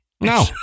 No